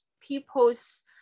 people's